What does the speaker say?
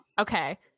Okay